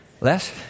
Less